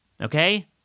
Okay